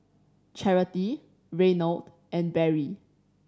Charity Reynold and Barry